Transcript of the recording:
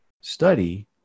study